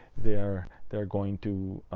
they're they're going to